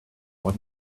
what